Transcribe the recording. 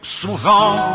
souvent